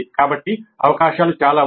కాబట్టి అవకాశాలు చాలా ఉన్నాయి